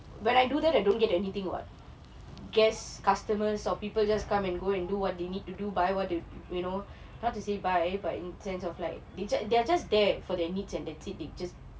when I do that I don't get anything [what] guests customers or people just come and go and do what they need to do buy [what] not to say bye but in sense of like is like they are just there for their needs and that's it they just